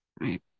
right